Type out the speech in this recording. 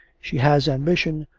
she has ambition,